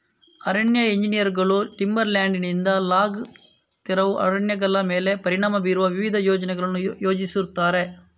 ಅರಣ್ಯ ಎಂಜಿನಿಯರುಗಳು ಟಿಂಬರ್ ಲ್ಯಾಂಡಿನಿಂದ ಲಾಗ್ ತೆರವು ಅರಣ್ಯಗಳ ಮೇಲೆ ಪರಿಣಾಮ ಬೀರುವ ವಿವಿಧ ಯೋಜನೆಗಳನ್ನು ಯೋಜಿಸುತ್ತಾರೆ